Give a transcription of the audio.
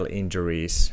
injuries